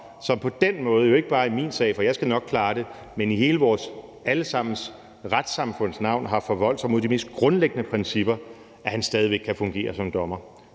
som på den måde – jo ikke bare i min sag, for jeg skal nok klare det, men i hele vores alle sammens retssamfunds navn – har forvoldt sig mod de mest grundlæggende principper, stadig væk kan fungere som dommer.